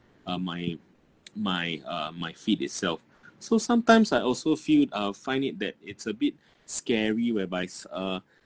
uh my my uh my feed itself so sometimes I also feel uh find it that it's a bit scary whereby it's uh